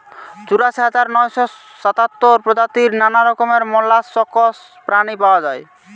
চুরাশি হাজার নয়শ সাতাত্তর প্রজাতির নানা রকমের মোল্লাসকস প্রাণী পাওয়া যায়